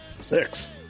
Six